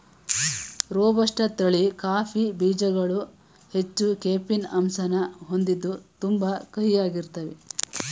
robusta ತಳಿ coffee ಬೀಜ್ಗಳು ಹೆಚ್ಚು ಕೆಫೀನ್ ಅಂಶನ ಹೊಂದಿದ್ದು ತುಂಬಾ ಕಹಿಯಾಗಿರ್ತಾವೇ